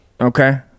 Okay